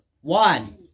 one